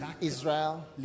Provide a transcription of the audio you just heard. Israel